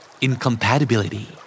Incompatibility